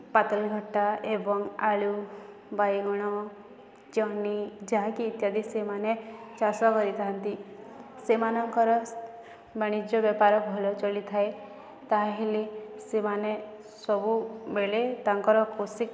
ପାତଲଘଟା ଏବଂ ଆଳୁ ବାଇଗଣ ଜହ୍ନି ଯାହାକି ଇତ୍ୟାଦି ସେମାନେ ଚାଷ କରିଥାନ୍ତି ସେମାନଙ୍କର ବାଣିଜ୍ୟ ବେପାର ଭଲ ଚଳିଥାଏ ତା'ହେଲେ ସେମାନେ ସବୁବେଳେ ତାଙ୍କର କୃଷି